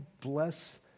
bless